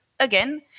Again